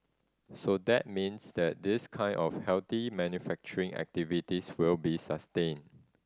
so that means that this kind of healthy manufacturing activities will be sustained